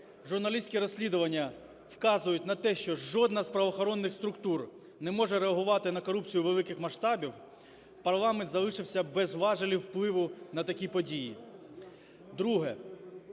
журналістські розслідування вказують на те, що жодна з правоохоронних структур не може реагувати на корупцію великих масштабів, парламент залишився без важелів впливу на такі події. Друге.